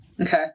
Okay